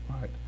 right